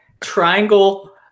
triangle